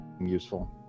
useful